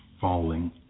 falling